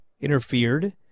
interfered